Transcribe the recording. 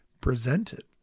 presented